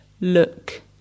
look